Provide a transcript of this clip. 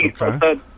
Okay